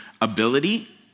ability